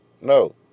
no